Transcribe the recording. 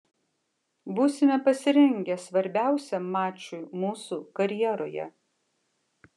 būsime pasirengę svarbiausiam mačui mūsų karjeroje